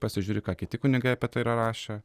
pasižiūri ką kiti kunigai apie tai yra rašę